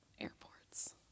airports